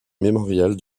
mémorial